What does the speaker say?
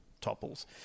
topples